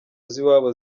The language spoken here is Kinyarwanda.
z’iwabo